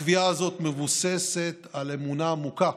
הקביעה הזאת מבוססת על אמונה עמוקה